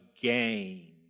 gain